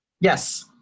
Yes